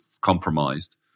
compromised